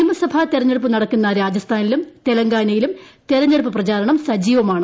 നിയമസഭാ തെരഞ്ഞെടുപ്പ് ന്ടക്കുന്ന രാജസ്ഥാനിലും തെലങ്കാനയിലും തെരഞ്ഞെടുപ്പ് പ്രചാരണം സജീവമാണ്